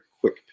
quick